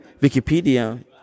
wikipedia